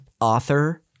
author